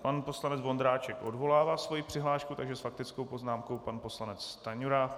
Pan poslanec Vondráček odvolává svoji přihlášku, takže s faktickou poznámkou pan poslanec Stanjura.